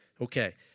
Okay